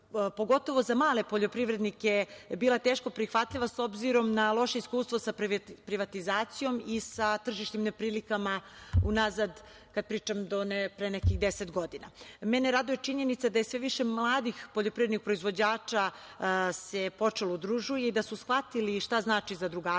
pogotovo za male poljoprivrednike, bila teško prihvatljiva, s obzirom na loše iskustvo sa privatizacijom i sa tržišnim neprilikama unazad kada pričam do pre nekih 10 godina. Mene raduje činjenica da je sve više mladih poljoprivrednih proizvođača počelo da se udružuje i da su shvatili šta znači zadrugarstvo,